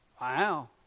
Wow